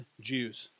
Jews